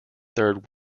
third